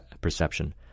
perception